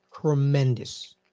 tremendous